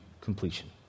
completion